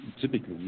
Typically